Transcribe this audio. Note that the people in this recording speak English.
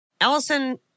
Allison